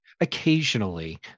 Occasionally